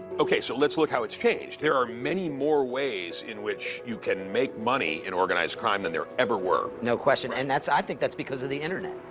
okay. so let's look how it's changed. there are many more ways in which you can make money in organized crime than there ever were. no question. and i think that's because of the internet.